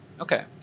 Okay